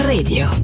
Radio